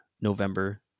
November